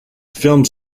films